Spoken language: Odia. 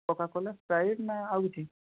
କୋକାକୋଲା ସ୍ପ୍ରାଇଟ୍ ନା ଆଉକିଛି